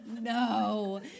no